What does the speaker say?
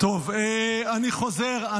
אני חוזר.